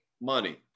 money